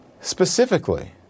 specifically